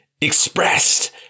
expressed